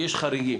יש חריגים.